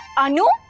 anu?